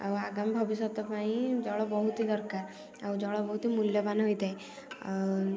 ଆଉ ଆଗାମୀ ଭବିଷ୍ୟତ ପାଇଁ ଜଳ ବହୁତ ଦରକାର ଆଉ ଜଳ ବହୁତ ମୂଲ୍ୟବାନ ହୋଇଥାଏ ଆଉ